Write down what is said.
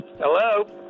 Hello